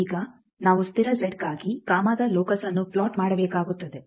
ಈಗ ನಾವು ಸ್ಥಿರ ಜೆಡ್ ಗಾಗಿ ಗಾಮಾದ ಲೋಕಸ್ಅನ್ನು ಪ್ಲಾಟ್ ಮಾಡಬೇಕಾಗುತ್ತದೆ